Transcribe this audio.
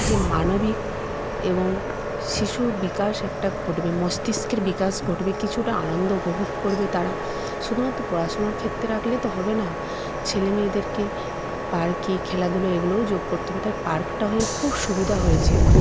যে মানবিক এবং শিশুর বিকাশ একটা ঘটবে মস্তিষ্কের বিকাশ ঘটবে কিছুটা আনন্দ উপভোগ করবে তারা শুধুমাত্র পড়াশোনার ক্ষেত্রে রাখলেই তো হবে না ছেলে মেয়েদেরকে পার্কে খেলাধুলায় এগুলোও যোগ করতে হবে পার্কটা হয়ে খুব সুবিধা হয়েছে